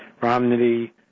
Romney